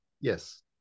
Yes